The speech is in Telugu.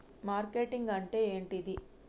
మార్కెటింగ్ అంటే ఏంటిది?